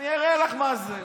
אני אראה לך מה זה.